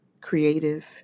creative